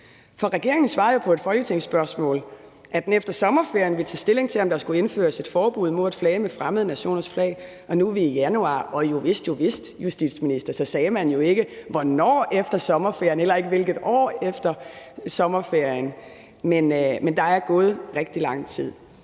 For regeringen svarede jo på et folketingsspørgsmål, at den efter sommerferien ville tage stilling til, om der skulle indføres et forbud mod at flage med fremmede nationers flag, og nu er vi i januar, og jovist, justitsminister, sagde man jo ikke hvornår efter sommerferien og heller ikke hvilket år efter sommerferien. Men der er gået rigtig lang tid.